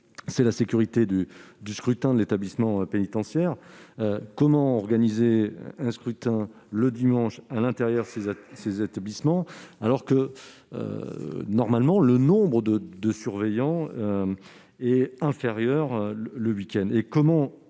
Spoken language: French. dans la sécurité du scrutin. Comment organiser un scrutin le dimanche à l'intérieur de ces établissements, alors que normalement le nombre de surveillants y est inférieur le week-end ?